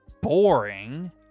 boring